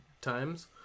times